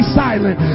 silent